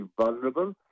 vulnerable